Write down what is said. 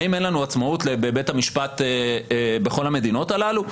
האם אין עצמאות לבית המשפט בכל המדינות הללו?